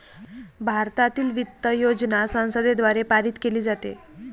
भारतातील वित्त योजना संसदेद्वारे पारित केली जाते